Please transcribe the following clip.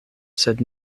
sed